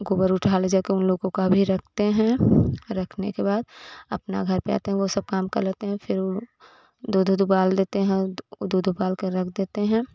गोबर उठा ले जाकर उन लोगों का भी रखते हैं रखने के बाद अपना घर पर आते हैं वो सब काम कर लेते हैं फिर दूध उध उबाल लेते हैं दूध उबाल कर रख देते हैं